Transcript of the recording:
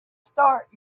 start